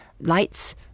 lights